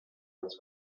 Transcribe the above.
als